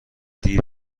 دیر